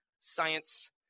science